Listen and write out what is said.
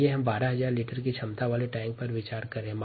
अब हम 12000 लीटर की क्षमता वाले एक टैंक पर विचार करते है